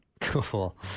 Cool